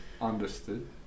Understood